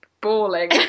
bawling